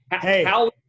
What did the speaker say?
Hey